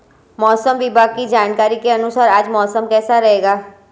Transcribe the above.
मौसम विभाग की जानकारी के अनुसार आज मौसम कैसा रहेगा?